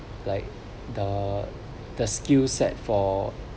like the the skill set for